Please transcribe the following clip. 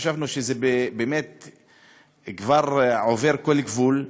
חשבנו שזה כבר עובר כל גבול,